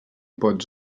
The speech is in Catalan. pots